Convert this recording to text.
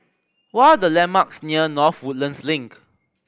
what are the landmarks near North Woodlands Link